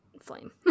Flame